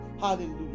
Hallelujah